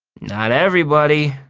not everybody,